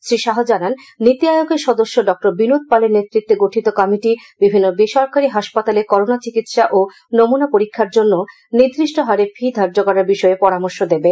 শ্রীশাহ জানান নীতি আয়োগের সদস্য ডক্টর বিনোদ পালের নেতৃত্বে গঠিত এই কমিটি বিভিন্ন বেসরকারি হাসপাতালে করোনা চিকিৎসা ও নমুনা পরীক্ষার জন্য নির্দিষ্ট হারে ফি ধার্য করার বিষয়ে পরামর্শ দেবে